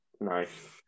Nice